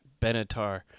Benatar